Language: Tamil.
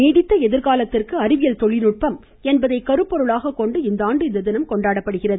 நீடித்த எதிர்காலத்திற்கு அறிவியல் தொழில்நுட்பம் என்பதை கருப்பொருளாக கொண்டு இந்தாண்டு இத்தினம் கொண்டாடப்படுகிறது